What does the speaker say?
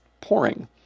pouring